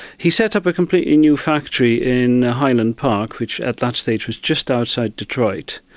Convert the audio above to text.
he set up a completely new factory in highland park, which at that stage was just outside detroit,